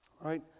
right